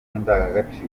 n’indangagaciro